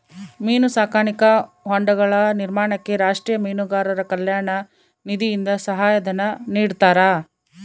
ಮೀನು ಸಾಕಾಣಿಕಾ ಹೊಂಡಗಳ ನಿರ್ಮಾಣಕ್ಕೆ ರಾಷ್ಟೀಯ ಮೀನುಗಾರರ ಕಲ್ಯಾಣ ನಿಧಿಯಿಂದ ಸಹಾಯ ಧನ ನಿಡ್ತಾರಾ?